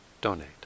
donate